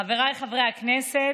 חבריי חברי הכנסת,